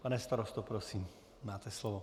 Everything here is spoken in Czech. Pane starosto, prosím, máte slovo.